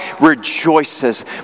rejoices